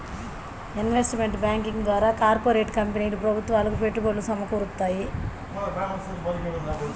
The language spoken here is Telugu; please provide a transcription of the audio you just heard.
ఇన్వెస్ట్మెంట్ బ్యాంకింగ్ ద్వారా కార్పొరేట్ కంపెనీలు ప్రభుత్వాలకు పెట్టుబడి సమకూరుత్తాయి